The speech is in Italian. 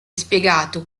spiegato